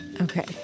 Okay